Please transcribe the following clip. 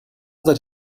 that